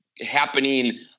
happening